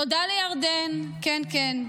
תודה לירדן, כן, כן,